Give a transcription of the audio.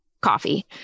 coffee